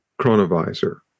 chronovisor